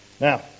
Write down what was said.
Now